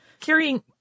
carrying